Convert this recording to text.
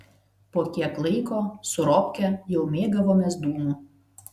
po kiek laiko su robke jau mėgavomės dūmu